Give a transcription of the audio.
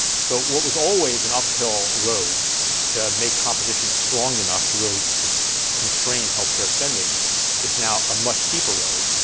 so what was always an uphill road to make competition strong enough to really constrain health care spending is now a much steeper road,